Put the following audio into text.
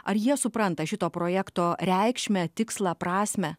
ar jie supranta šito projekto reikšmę tikslą prasmę